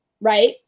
right